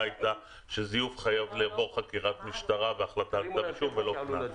הייתה שזיוף חייב לעבור חקירת משטרה וכתב אישום ולא קנס.